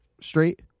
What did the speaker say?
straight